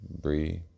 breathe